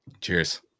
Cheers